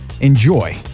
enjoy